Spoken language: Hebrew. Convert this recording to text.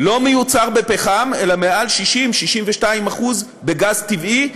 לא מיוצר בפחם אלא מעל 60% 62% בגז טבעי,